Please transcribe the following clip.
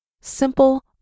simple